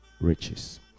riches